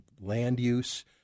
land-use